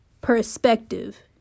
perspective